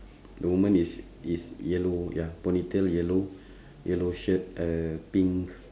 the woman is is yellow ya ponytail yellow yellow shirt uh pink